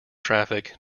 traffic